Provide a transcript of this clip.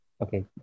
okay